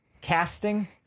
casting